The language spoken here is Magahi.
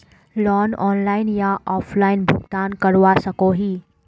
लोन ऑनलाइन या ऑफलाइन भुगतान करवा सकोहो ही?